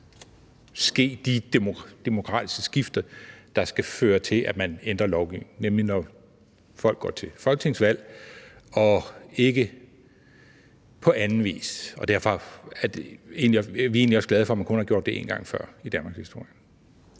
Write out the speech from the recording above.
ske de demokratiske skift, der skal føre til, at man ændrer lovgivning, nemlig når folk går til folketingsvalg og ikke på anden vis. Derfor er vi egentlig også glade for, at man kun har gjort det én gang før i danmarkshistorien.